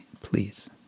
please